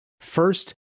First